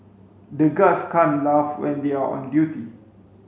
the guards can't laugh when they are on duty